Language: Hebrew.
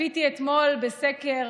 צפיתי אתמול בסקר